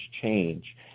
change